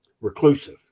reclusive